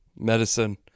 medicine